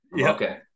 Okay